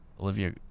Olivia